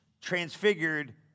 transfigured